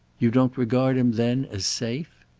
you don't regard him then as safe?